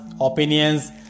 opinions